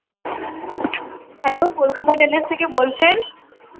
hello Kolkata tailors থেকে বলছেন